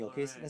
correct